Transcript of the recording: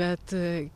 bet